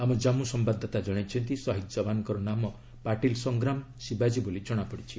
ଆମ ଜାମ୍ପୁ ସମ୍ଭାଦଦାତା ଜଣାଇଛନ୍ତି ସହିଦ୍ ଯବାନଙ୍କର ନାମ ପାଟିଲ ସଂଗ୍ରାମ ଶିବାଜୀ ବୋଲି ଜଣାପଡ଼ିଛି